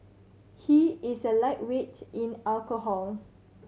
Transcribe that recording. he is a lightweight in alcohol